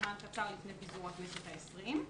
זמן קצר לפני פיזור הכנסת ה-20.